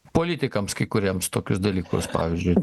politikams kai kuriems tokius dalykus pavyzdžiui